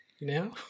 now